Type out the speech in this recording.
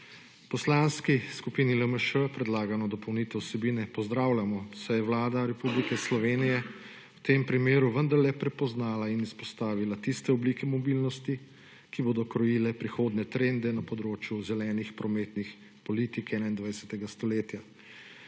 Poslanski skupini LMŠ predlagano dopolnitev vsebine pozdravljamo, saj je Vlada Republike Slovenije v tem primeru vendarle prepoznala in izpostavila tiste oblike mobilnosti, ki bodo krojile prihodnje trende na področju zelenih prometnih politik 21. stoletja,